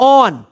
on